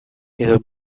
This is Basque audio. edo